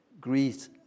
Greece